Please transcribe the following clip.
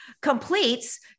completes